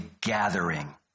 gathering